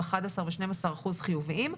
11 ו-12 אחוזים חיוביים.